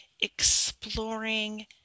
exploring